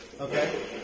Okay